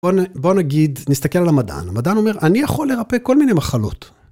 בואו נגיד, נסתכל על המדען, המדען אומר, אני יכול לרפא כל מיני מחלות.